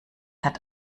hat